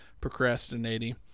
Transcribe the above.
procrastinating